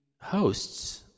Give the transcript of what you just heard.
hosts